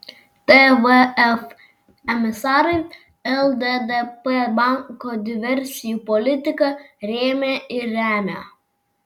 tvf emisarai lddp banko diversijų politiką rėmė ir remia